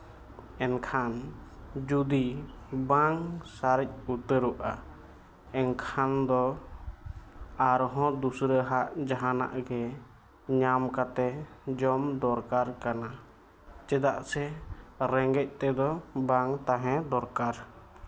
ᱮᱱᱠᱷᱟᱱ ᱡᱩᱫᱤ ᱵᱟᱝ ᱥᱟᱨᱮᱡ ᱩᱛᱟᱹᱨᱚᱜᱼᱟ ᱮᱱᱠᱷᱟᱱ ᱫᱚ ᱟᱨᱦᱚᱸ ᱫᱩᱥᱨᱟᱹ ᱦᱟᱸᱜ ᱡᱟᱦᱟᱱᱟᱜ ᱜᱮ ᱧᱟᱢ ᱠᱟᱛᱮᱫ ᱡᱚᱢ ᱫᱚᱨᱠᱟᱨ ᱠᱟᱱᱟ ᱪᱮᱫᱟᱜ ᱥᱮ ᱨᱮᱸᱜᱮᱡ ᱛᱮᱫᱚ ᱵᱟᱝ ᱛᱟᱦᱮᱸ ᱫᱚᱨᱠᱟᱨ